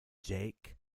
jake